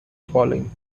falling